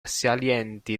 salienti